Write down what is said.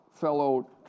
fellow